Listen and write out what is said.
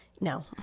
No